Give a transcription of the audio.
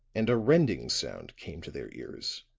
and a rending sound came to their ears,